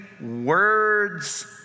words